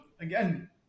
again